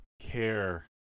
care